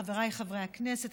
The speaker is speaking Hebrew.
חבריי חברי הכנסת,